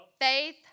faith